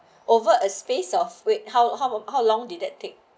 over a space of wait how how about how long did that take